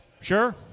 Sure